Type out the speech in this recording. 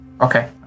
Okay